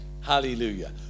hallelujah